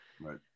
Right